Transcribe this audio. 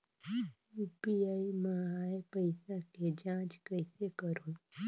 UPI मा आय पइसा के जांच कइसे करहूं?